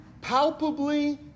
palpably